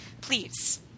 please